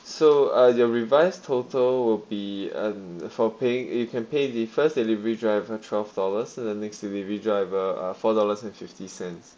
so uh your revised total will be um for paying you can pay the first delivery driver twelve dollars and the next delivery driver ah four dollars and fifty cents